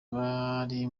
bari